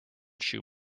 shoes